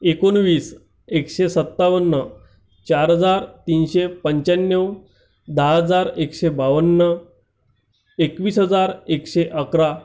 एकोणवीस एकशे सत्तावन्न चार हजार तीनशे पंच्याण्णव दहा हजार एकशे बावन्न एकवीस हजार एकशे अकरा